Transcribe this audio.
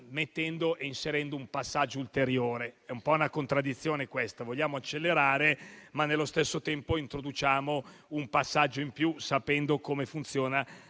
inserendo di fatto un passaggio ulteriore. È un po' una contraddizione; vogliamo accelerare, ma nello stesso tempo introduciamo un passaggio in più sapendo come funziona